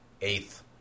eighth